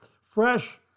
fresh